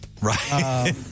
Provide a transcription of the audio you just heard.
Right